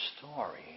story